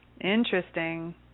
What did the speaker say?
Interesting